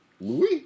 Louis